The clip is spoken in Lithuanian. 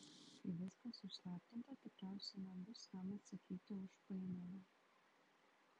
kai viskas užslaptinta tikriausiai nebus kam atsakyti už painiavą